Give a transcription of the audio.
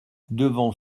devant